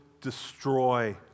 destroy